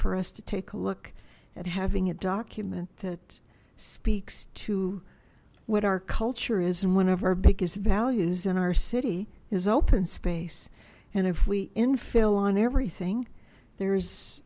for us to take a look at having a document that speaks to what our culture is and one of our biggest values in our city is open space and if we infill on everything there's